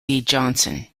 johnson